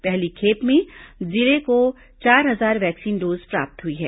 पहली खेप में जिले को चार हजार वैक्सीन डोज प्राप्त हुई है